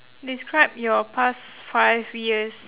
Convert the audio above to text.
describe your past five years